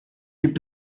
gibt